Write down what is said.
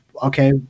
okay